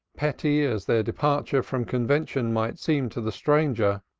petty as their departure from convention might seem to the stranger,